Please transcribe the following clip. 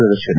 ಪ್ರದರ್ಶನ